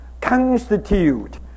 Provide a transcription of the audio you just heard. constitute